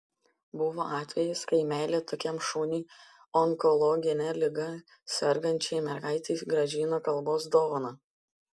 buvo atvejis kai meilė tokiam šuniui onkologine liga sergančiai mergaitei grąžino kalbos dovaną